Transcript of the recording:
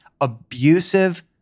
abusive